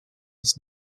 its